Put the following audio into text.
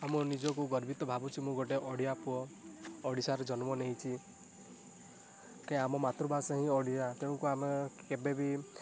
ମୁଁ ନିଜକୁ ଗର୍ବିତ ଭାବୁଛି ମୁଁ ଗୋଟେ ଓଡ଼ିଆ ପୁଅ ଓଡ଼ିଶାରେ ଜନ୍ମ ନେଇଛି କେ ଆମ ମାତୃଭାଷା ହିଁ ଓଡ଼ିଆ ତେଣୁ ଆମେ କେବେ ବି